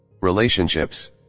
relationships